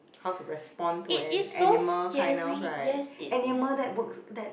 how to respond to an animal kind of right animal that works that